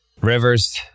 Rivers